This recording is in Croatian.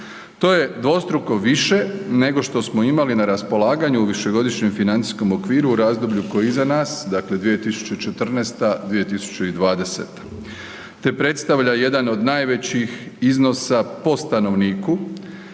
To je dvostruko više nego što smo imali na raspolaganju u višegodišnjem financijskom okviru u razdoblju koje je iza nas dakle 2014.-2020. te predstavlja jedan od najvećih iznosa po stanovniku